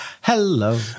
Hello